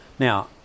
Now